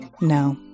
No